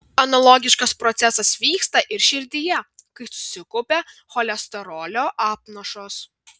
analogiškas procesas vyksta ir širdyje kai susikaupia cholesterolio apnašos